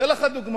אתן לך דוגמה.